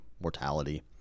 mortality